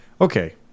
Okay